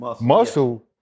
muscle